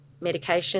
medication